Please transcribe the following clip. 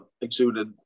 exuded